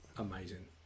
Amazing